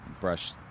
brush